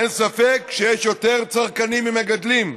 אין ספק שיש יותר צרכנים ממגדלים,